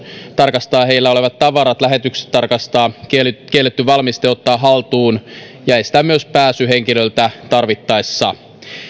tarkastaa heillä olevat tavarat tarkastaa lähetykset ottaa haltuun kielletty valmiste ja myös estää pääsy henkilöltä tarvittaessa